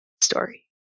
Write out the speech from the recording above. story